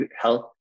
Health